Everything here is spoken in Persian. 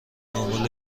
دنبال